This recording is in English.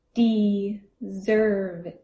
deserve